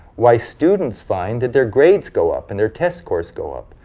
why students find that their grades go up and their test scores go up.